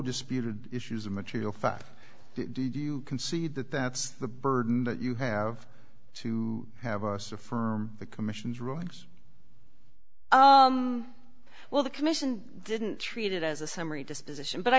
disputed issues of material fact do you concede that that's the burden that you have to have us affirm the commission's rulings oh well the commission didn't treat it as a summary disposition but i